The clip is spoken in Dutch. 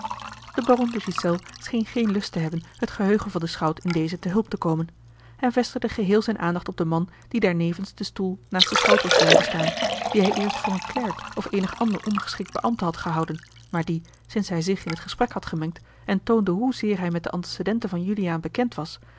de ghiselles scheen geen lust te hebben het geheugen van den schout in dezen te hulp te komen hij vestigde geheel zijne aandacht op den man die daar nevens den stoel naast den schout was blijven staan dien hij eerst voor een klerk of eenig ander ondergeschikt beambte had gehouden maar die sinds hij zich in t gesprek had gemengd en toonde hoe zeer hij met de antecedenten van juliaan bekend was